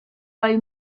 roi